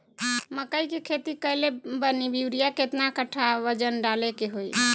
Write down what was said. मकई के खेती कैले बनी यूरिया केतना कट्ठावजन डाले के होई?